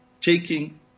taking